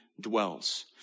dwells